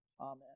Amen